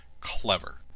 clever